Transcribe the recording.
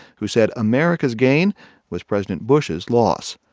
who said america's gain was president bush's loss.